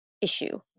issue